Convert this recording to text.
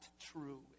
true